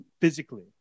physically